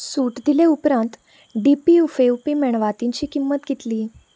सूट दिले उपरांत D P उफेवपी मेणवातिची किंमत कितली